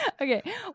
Okay